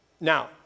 Now